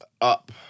up